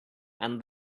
and